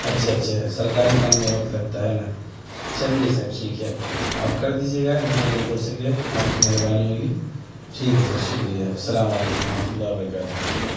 اچھا اچھا سرکاری کام میں وقت لگتا ہے نا چلیے سر ٹھیک ہے آپ کر دیجیے گا جتنا جلد ہو سکے آپ کی مہربانی ہوگی ٹھیک ہے سر شکریہ السلام علیکم ورحمتہ اللہ وبرکاتہ